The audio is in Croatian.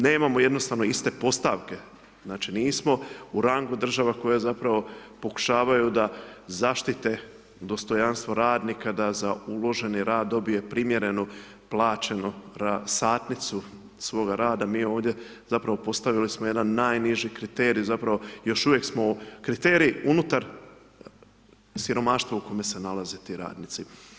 Nemamo jednostavno iste postavke, znači nismo u rangu država koja zapravo pokušavaju da zaštite dostojanstvo radnika, da za uloženi rad dobije primjereno plaćeno satnicu svoga rada, mi ovdje zapravo postavili smo jedan najniži kriterij, zapravo još uvijek smo kriterij unutar siromaštva u kojem se nalaze ti radnici.